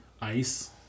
Ice